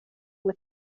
with